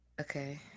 okay